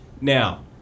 Now